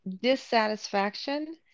dissatisfaction